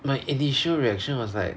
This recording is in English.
my initial reaction was like